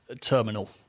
terminal